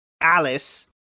Alice